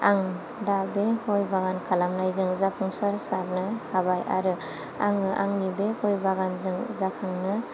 आं दा बे गय बागान खालामनायजों जाफुंसार जानो हाबाय आरो आङो आंनि बे गय बागानजों जाफुंनो